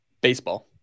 Baseball